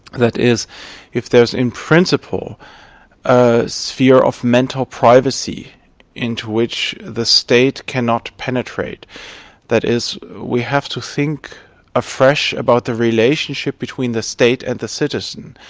that is if there is in principle a sphere of mental privacy into which the state cannot penetrate that is, we have to think afresh about the relationship between the state and the citizen.